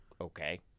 okay